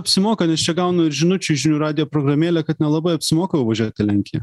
apsimoka nes čia gaunu ir žinučių į žinių radijo programėlę kad nelabai apsimoka jau važiuot į lenkiją